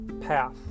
path